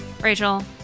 Rachel